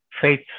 faith